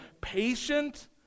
patient